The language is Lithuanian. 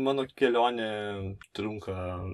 mano kelionė trunka